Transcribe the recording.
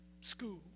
school